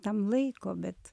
tam laiko bet